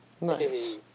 Nice